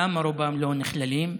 למה רובם לא נכללים?